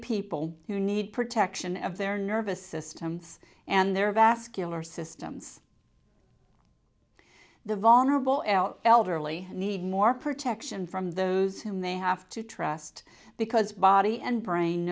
people who need protection of their nervous systems and their vascular systems the vulnerable elderly need more protection from those whom they have to trust because body and brain